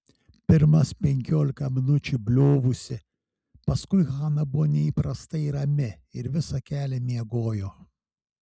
pirmas penkiolika minučių bliovusi paskui hana buvo neįprastai rami ir visą kelią miegojo